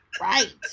right